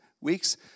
weeks